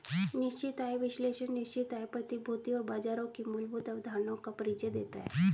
निश्चित आय विश्लेषण निश्चित आय प्रतिभूतियों और बाजारों की मूलभूत अवधारणाओं का परिचय देता है